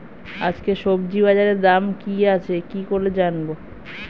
আজকে সবজি বাজারে দাম কি আছে কি করে জানবো?